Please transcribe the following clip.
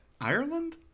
Ireland